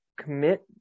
commit